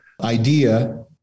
idea